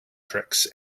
tricks